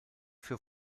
für